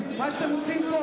מה שאתם עושים פה